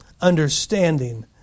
understanding